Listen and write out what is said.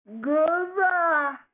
Goodbye